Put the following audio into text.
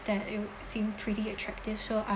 that it seem pretty attractive so I